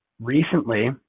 recently